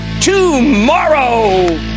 tomorrow